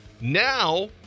Now